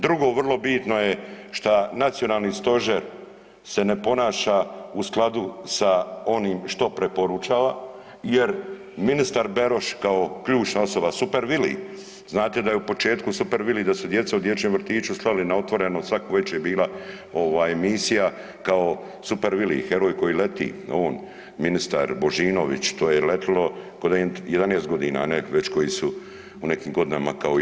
Drugo vrlo bitno je šta nacionalni stožer se ne ponaša u skladu sa onim što preporučava jer ministar Beroš kao ključna osoba, super Vili, znate da je u početku super Vili da su djeca u dječjem vrtiću slali na Otvoreno svako veče je bila ovaj emisija kao super Vili heroj koji leti on, ministar Božinović to je letilo ko da im je 11 godina, a ne već koji su u nekim godinama kao i ja.